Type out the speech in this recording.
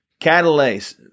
Catalase